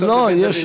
כיסאות לבית דוד.